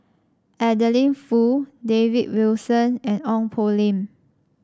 Adeline Foo David Wilson and Ong Poh Lim